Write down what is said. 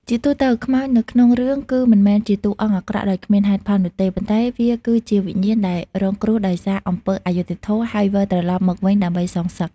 ជាទូទៅ ខ្មោចនៅក្នុងរឿងគឺមិនមែនជាតួអង្គអាក្រក់ដោយគ្មានហេតុផលនោះទេ ប៉ុន្តែវាគឺជាវិញ្ញាណដែលរងគ្រោះដោយសារអំពើអយុត្តិធម៌ ហើយវិលត្រឡប់មកវិញដើម្បីសងសឹក។